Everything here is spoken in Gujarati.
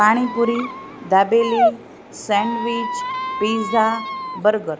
panipuri dabeli sandwich pizza burger